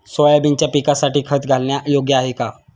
सोयाबीनच्या पिकासाठी खत घालणे योग्य आहे का?